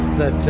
that